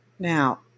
now